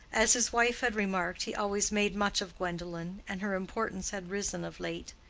as his wife had remarked, he always made much of gwendolen, and her importance had risen of late.